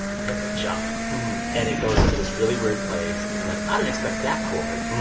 and then you'll jump and it goes to this really weird place. and you're like, i didn't expect that chord.